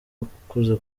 ukuze